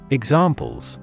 examples